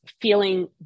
feeling